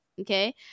Okay